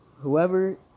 Whoever